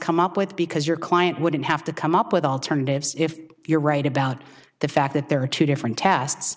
come up with because your client wouldn't have to come up with alternatives if you're right about the fact that there are two different tests